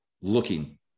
looking